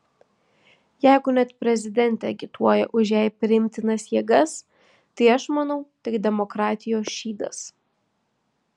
jeigu net prezidentė agituoja už jai priimtinas jėgas tai aš manau tik demokratijos šydas